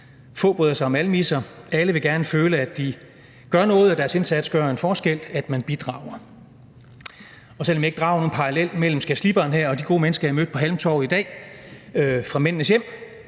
Få bryder sig om almisser – alle vil gerne føle, at de gør noget; at deres indsats gør en forskel; at de bidrager. Og selv om jeg ikke drager nogen parallel mellem skærsliberen her og de gode mennesker, jeg mødte på Halmtorvet i dag, fra Mændenes Hjem,